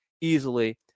easily